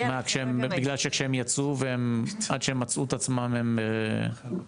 בגלל שכשהם יצאו ועד שהם מצאו את עצמם הם --- כן,